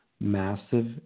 massive